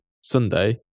Sunday